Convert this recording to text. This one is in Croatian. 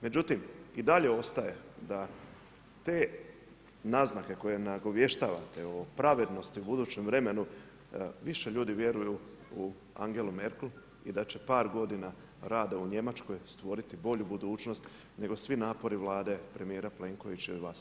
Međutim, i dalje ostaje da te naznake, koje nagovještavate o pravilnosti budućem vremenu, više ljudi vjeruju u Angelu Merkel i da će par godina rada u Njemačkoj stvoriti bolju budućnost nego svi napori Vlade premjera Plenkovića i vas osobno.